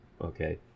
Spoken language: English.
Okay